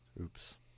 Oops